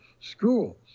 schools